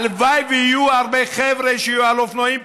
הלוואי שיהיו הרבה חבר'ה על אופנועים.